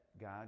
God